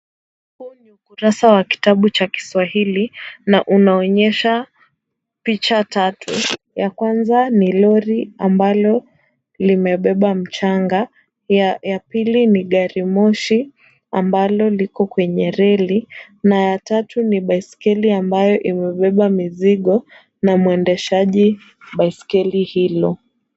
Huu ni ukurasa wa kitabu cha Kiswahili na unaonyesha picha tatu. Ya kwanza ni lori ambalo limebeba mchanga. Ya pili ni gari moshi, ambalo liko kwenye reli. Na ya tatu ni baiskeli ambayo imebeba mizigo, na mwendeshaji baiskeli hilo.